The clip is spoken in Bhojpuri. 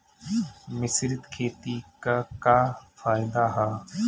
मिश्रित खेती क का फायदा ह?